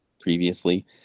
previously